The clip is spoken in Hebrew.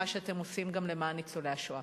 מה שאתם עושים גם למען ניצולי השואה.